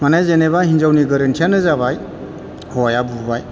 माने जेनेबा हिनजावनि गोरोन्थियानो जाबाय हौवाया बुबाय